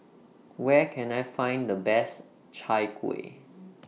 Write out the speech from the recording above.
Where Can I Find The Best Chai Kueh